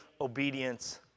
obedience